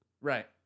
Right